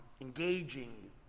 engaging